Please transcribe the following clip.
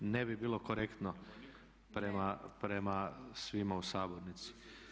Ne bi bilo korektno prema svima u sabornici.